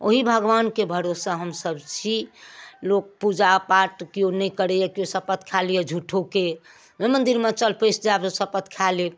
ओहि भगवानके भरोसे हमसब छी लोक पूजा पाठ केओ नहि करैए केओ शपथ खा लैए झूठ्ठोके जे मंदिरमे चल पइस जायब तऽ शपत्त खा लेब